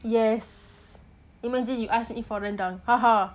yes imagine you ask me for rendang